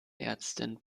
ärztin